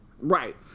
Right